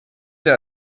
der